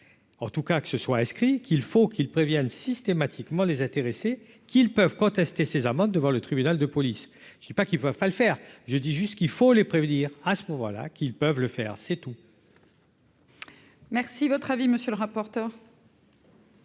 en tout cas, que ce soit inscrit qu'il faut qu'ils préviennent systématiquement les intéressés qu'ils peuvent contester ces amendes devant le tribunal de police je ne dis pas qu'il va pas le faire, je dis juste qu'il faut les prévenir, à ce moment-là qu'ils peuvent le faire, c'est tout. Merci, votre avis, monsieur le rapporteur.